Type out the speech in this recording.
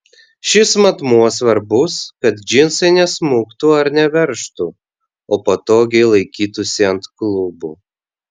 šis matmuo svarbus kad džinsai nesmuktų ar neveržtų o patogiai laikytųsi ant klubų